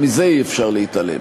וגם מזה אי-אפשר להתעלם,